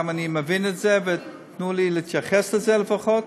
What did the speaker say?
גם אני מבין את זה, ותנו לי להתייחס לזה לפחות.